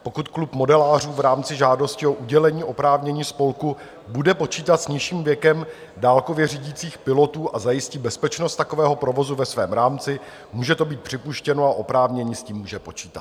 Pokud klub modelářů v rámci žádosti o udělení oprávnění spolku bude počítat s nižším věkem dálkově řídících pilotů a zajistí bezpečnost takového provozu ve svém rámci, může to být připuštěno a oprávněný s tím může počítat.